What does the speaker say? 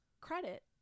credit